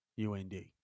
UND